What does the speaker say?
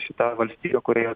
šita valstybe kurioje